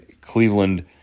Cleveland